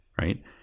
right